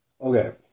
okay